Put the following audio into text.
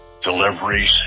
deliveries